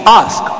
ask